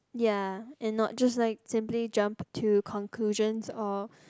ya and not just like simply jump into conclusions or